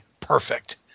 Perfect